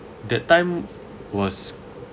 that time was